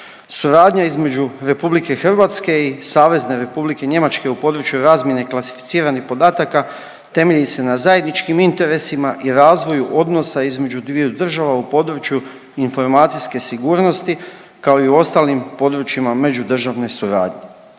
Suradnja između RH i Savezne Republike Njemačke u području razmjene klasificiranih podataka temelji se na zajedničkim interesima i razvoju odnosa između dviju država u području informacijske sigurnosti kao i u ostalim područjima međudržavne suradnje.